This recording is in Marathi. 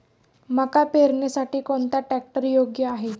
मका पेरणीसाठी कोणता ट्रॅक्टर योग्य आहे?